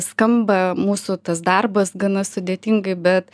skamba mūsų tas darbas gana sudėtingai bet